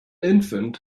infant